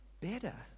better